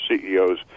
CEOs